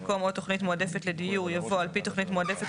במקום "או תוכנית מועדפת לדיור" יבוא "על פי תוכנית מועדפת